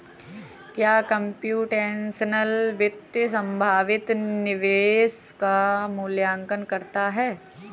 क्या कंप्यूटेशनल वित्त संभावित निवेश का मूल्यांकन करता है?